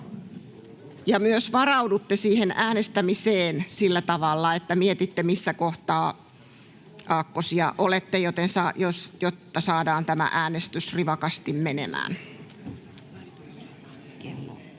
ja myös varaudutte siihen äänestämiseen sillä tavalla, että mietitte, missä kohtaa aakkosia olette, jotta saadaan tämä äänestys rivakasti menemään. Kun